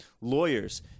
Lawyers